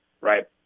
right